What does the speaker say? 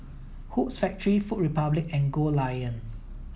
Hoops Factory Food Republic and Goldlion